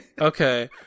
Okay